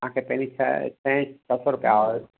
तव्हां खे पहिरीं छह छह छ्ह सौ रुपिया